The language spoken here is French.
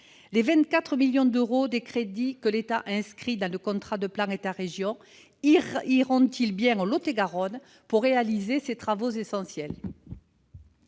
Les 24 millions d'euros de crédits que l'État a inscrits au contrat de plan État-région seront-ils bien attribués au Lot-et-Garonne pour réaliser ces travaux essentiels ?